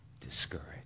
discouraged